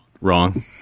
wrong